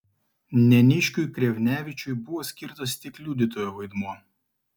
neniškiui krevnevičiui buvo skirtas tik liudytojo vaidmuo